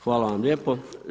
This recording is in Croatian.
Hvala vam lijepo.